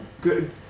good